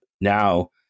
now